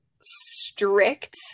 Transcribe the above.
strict